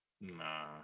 Nah